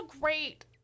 great